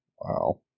Wow